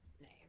name